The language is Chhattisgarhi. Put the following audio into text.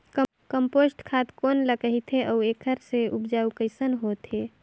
कम्पोस्ट खाद कौन ल कहिथे अउ एखर से उपजाऊ कैसन होत हे?